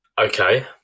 Okay